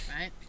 Right